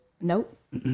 Nope